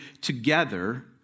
together